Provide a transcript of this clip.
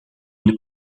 une